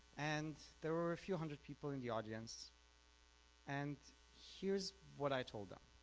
and there were a few hundred people in the audience and here's what i told them.